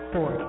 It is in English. Four